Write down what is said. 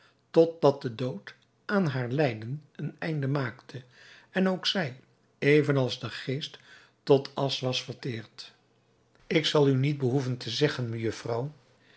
de dood aan haar lijden een einde maakte en ook zij even als de geest tot asch was verteerd ik zal u niet behoeven te zeggen mejufvrouw